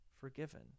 forgiven